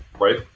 right